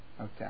Okay